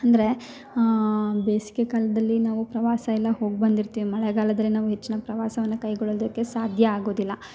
ಅಂದರೆ ಬೇಸ್ಗೆ ಕಾಲದಲ್ಲಿ ನಾವು ಪ್ರವಾಸ ಎಲ್ಲ ಹೋಗಿ ಬಂದಿರ್ತೀವಿ ಮಳೆಗಾಲದಲ್ಲಿ ನಾವು ಹೆಚ್ಚಿನ ಪ್ರವಾಸವನ್ನು ಕೈಗೊಳ್ಳೋದಕ್ಕೆ ಸಾಧ್ಯ ಆಗುವುದಿಲ್ಲ